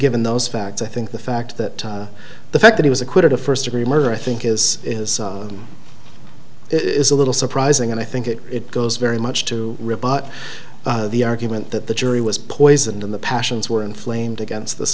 given those facts i think the fact that the fact that he was acquitted of first degree murder i think is is a little surprising and i think it it goes very much to rebut the argument that the jury was poisoned in the passions were inflamed against this